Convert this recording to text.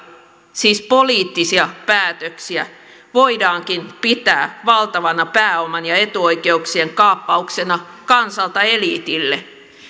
siis poliittisia päätöksiä voidaankin pitää valtavana pääoman ja etuoikeuksien kaappauksena kansalta eliitille